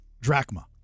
Drachma